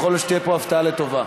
יכול להיות שתהיה פה הפתעה לטובה.